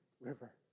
River